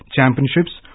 Championships